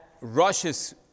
rushes